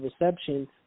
reception